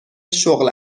شغل